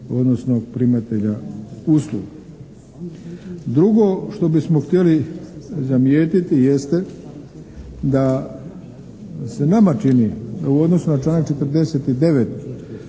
odnosno primatelja usluga. Drugo što bismo hjteli zamjetiti jeste da se nama čini u odnosu na članak 49.